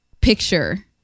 picture